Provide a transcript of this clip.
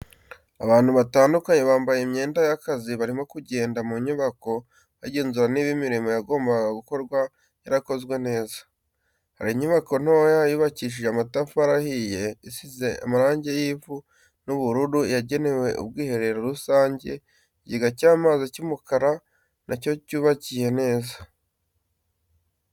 Abantu batandukanye bambaye imyenda y'akazi barimo kugenda mu nyubako bagenzura niba imirimo yagombaga gukorwa yarakozwe neza, hari inyubako ntoya yubakishije amatafari ahiye isize amarangi y'ivu n'ubururu yagenewe ubwiherero rusange ikigega cy'amazi cy'umukara nacyo cyubakiye neza.